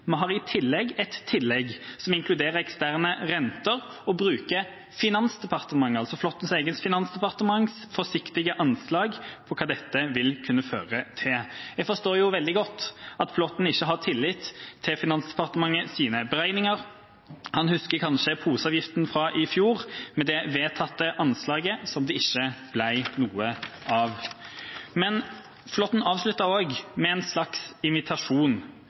vi har et tillegg som inkluderer eksterne renter. Vi bruker Finansdepartementets, altså representanten Flåttens eget finansdepartement, forsiktige anslag for hva dette vil kunne føre til. Jeg forstår veldig godt at representanten Flåtten ikke har tillit til Finansdepartementets beregninger. Han husker kanskje poseavgiften fra i fjor, med det vedtatte anslaget som det ikke ble noe av. Representanten Flåtten avsluttet med en slags invitasjon.